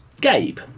Gabe